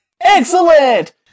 Excellent